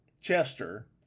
Chester